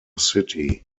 city